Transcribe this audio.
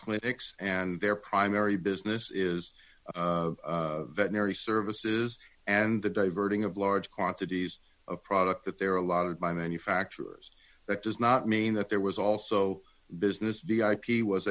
clinics and their primary business is veterinary services and the diverting of large quantities of product that there are a lot of buy manufacturers that does not mean that there was also a business v i p was